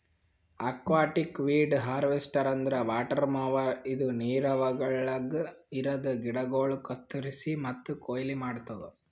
aquatic weed harvester ಅಂದ್ರ water mower ಇದು ನೀರವಳಗ್ ಇರದ ಗಿಡಗೋಳು ಕತ್ತುರಸಿ ಮತ್ತ ಕೊಯ್ಲಿ ಮಾಡ್ತುದ